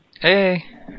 Hey